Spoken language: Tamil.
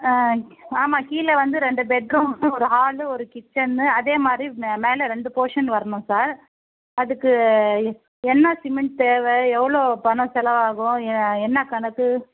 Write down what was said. ஆ ஆமாம் கீழே வந்து ரெண்டு பெட்ரூமு ஒரு ஹாலு ஒரு கிச்சன் அதே மாதிரி மேலே ரெண்டு போஷன் வரணும் சார் அதுக்கு என்னா சிமெண்ட் தேவை எவ்வளோ பணம் செலவாகும் என்ன கணக்கு